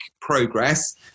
progress